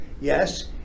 Yes